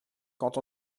quand